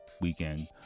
weekend